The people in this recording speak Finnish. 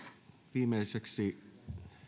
viimeiseksi